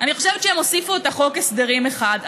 אני חושבת שהם הוסיפו אותה בחוק הסדרים אחד,